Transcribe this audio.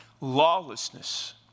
Lawlessness